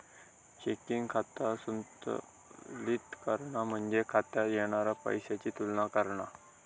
checking खाता संतुलित करणा म्हणजे खात्यात येणारा पैशाची तुलना करणा